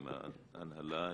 עם ההנהלה,